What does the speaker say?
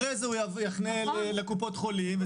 אחרי זה הוא יחנה בקופות חולים.